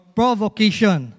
provocation